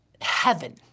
heaven